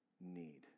need